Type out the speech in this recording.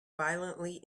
violently